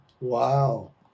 Wow